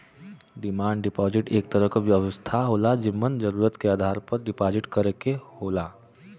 demand deposit एक तरह क व्यवस्था होला जेमन जरुरत के आधार पर डिपाजिट करे क होला